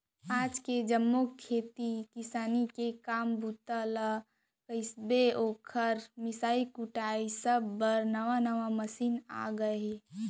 आज के जम्मो खेती किसानी के काम बूता ल कइबे, ओकर मिंसाई कुटई सब बर नावा नावा मसीन आ गए हे